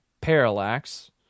Parallax